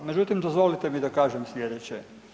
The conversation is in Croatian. Međutim, dozvolite mi da kažem slijedeće.